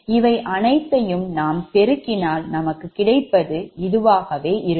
இவை அனைத்தையும் நாம் பெருக்கினால் நமக்கு கிடைப்பது இதுவாகவே இருக்கும்